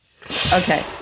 okay